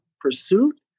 pursuit